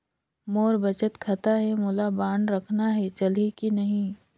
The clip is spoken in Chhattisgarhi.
मोर बचत खाता है मोला बांड रखना है चलही की नहीं?